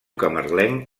camarlenc